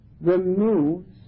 removes